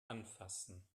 anfassen